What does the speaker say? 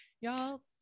y'all